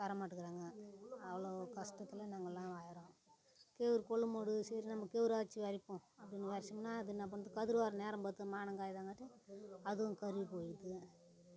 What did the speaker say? தரமாட்டுக்குறாங்க அவ்வளோ கஷ்டத்தில் நாங்களாக வாழகிறோம் கேவுரு கொள்ளு மோடு சரி நம்ப கேவுறாச்சு விறைப்போம் அப்படி விதைச்சோம்னா அது என்னா பண்ணுது கதிர் வர நேரம் பார்த்து மானம் காயிதாங்காட்டியும் அதுவும் கருகி போயிடுது